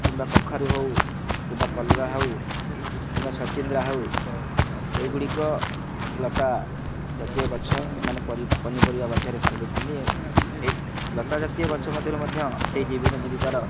କିମ୍ବା କଖାରୁ ହଉ କିମ୍ବା କଲରା ହଉ କିମ୍ବା ଛଚିନ୍ଦ୍ରା ହଉ ଏଗୁଡ଼ିକ ଲତା ଜାତୀୟ ଗଛ ଏମାନେ ପନିପରିବା ମଧ୍ୟରେ ସ୍ଥାନ ନେଇଥାନ୍ତି ଲତା ଜାତୀୟ ଗଛ ମଧ୍ୟରୁ ମଧ୍ୟ ସେଇ ଜୀବନ ଜୀବିକାର